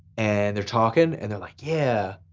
and they're talking, and they're like yeah,